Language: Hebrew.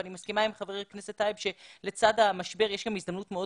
ואני מסכימה עם חבר הכנסת טייב שלצד המשבר יש גם הזדמנות מאוד